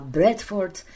Bradford